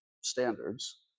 standards